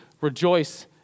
rejoice